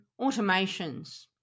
automations